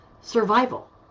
survival